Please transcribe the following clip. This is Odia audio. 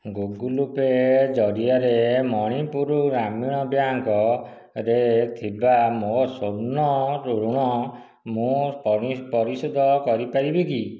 ଗୁଗୁଲ ପେ' ଜରିଆରେ ମଣିପୁର ଗ୍ରାମୀଣ ବ୍ୟାଙ୍କରେ ଥିବା ମୋ ସ୍ଵର୍ଣ୍ଣ ଋଣ ମୁଁ ପରି ପରିଶୋଧ କରିପାରିବି କି